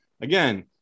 again